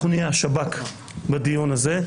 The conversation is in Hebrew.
נהיה השב"כ בדיון הזה.